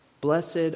Blessed